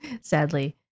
sadly